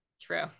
true